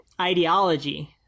ideology